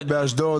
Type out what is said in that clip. אשדוד.